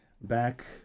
Back